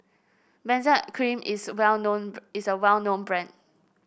Benzac Cream is well known is a well known brand